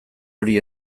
hori